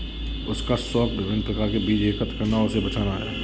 उसका शौक विभिन्न प्रकार के बीज एकत्र करना और उसे बचाना है